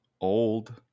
old